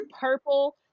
purple